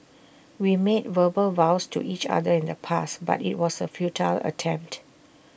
we made verbal vows to each other in the past but IT was A futile attempt